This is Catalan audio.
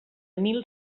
mil